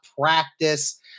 practice